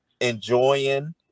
enjoying